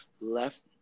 left